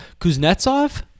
kuznetsov